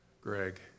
Greg